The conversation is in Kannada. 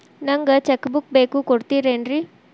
ನಂಗ ಚೆಕ್ ಬುಕ್ ಬೇಕು ಕೊಡ್ತಿರೇನ್ರಿ?